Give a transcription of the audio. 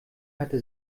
hatte